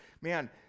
man